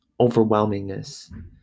overwhelmingness